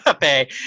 pay